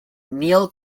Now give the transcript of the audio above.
neal